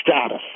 status